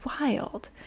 wild